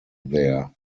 there